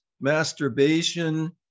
masturbation